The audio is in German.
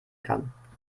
kann